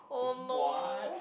what